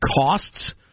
costs